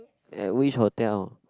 at which hotel